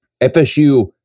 FSU